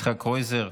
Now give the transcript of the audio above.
יצחק קרויזר,